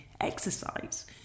exercise